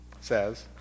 says